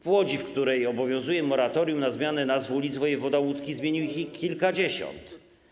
W Łodzi, w której obowiązuje moratorium na zmianę nazw ulic, wojewoda łódzki zmienił ich kilkadziesiąt.